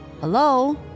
Hello